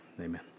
Amen